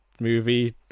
movie